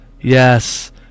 Yes